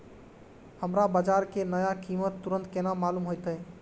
हमरा बाजार के नया कीमत तुरंत केना मालूम होते?